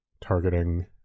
targeting